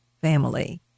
family